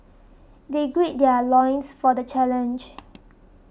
they gird their loins for the challenge